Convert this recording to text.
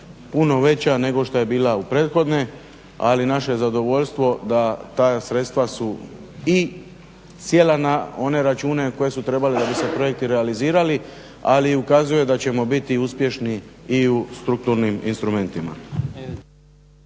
puno veća nego što je bila prethodne. Ali naše je zadovoljstvo da ta sredstva su i sjela na one račune na koje su trebale da bi se projekti realizirali, ali i ukazuje da ćemo biti uspješni i u strukturnim instrumentima.